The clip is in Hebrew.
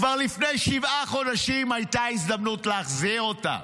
כבר לפני שבעה חודשים הייתה הזדמנות להחזיר אותם.